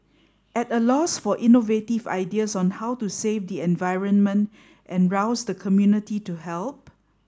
at a loss for innovative ideas on how to save the environment and rouse the community to help